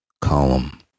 column